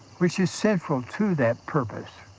which is central to that purpose.